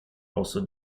also